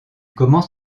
commence